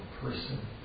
person